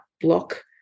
block